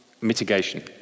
mitigation